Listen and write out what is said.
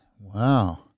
Wow